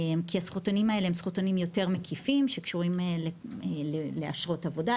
כי הזכותונים האלו הם זכותונים יותר מקיפים שקשורים יותר לאשרות עבודה,